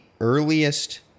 earliest